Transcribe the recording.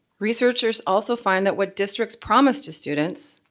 researchers also find that what districts promise to students,